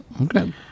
Okay